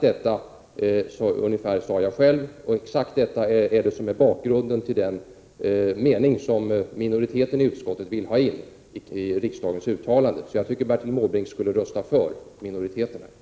Detsamma sade jag själv, och exakt detta är bakgrunden till den mening som minoriteten i utskottet vill ha in i riksdagens uttalande. Jag tycker därför att Bertil Måbrink borde rösta för minoritetens förslag.